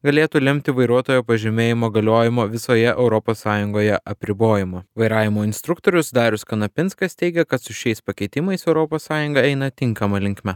galėtų lemti vairuotojo pažymėjimo galiojimo visoje europos sąjungoje apribojimą vairavimo instruktorius darius kanapinskas teigia kad su šiais pakeitimais europos sąjungą eina tinkama linkme